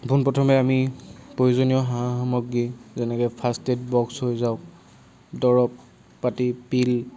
পোনপ্ৰথমে আমি প্ৰয়োজনীয় সা সামগ্ৰী যেনেকৈ ফাৰ্ষ্ট এইড বক্স হৈ যাওক দৰৱ পাতি পিল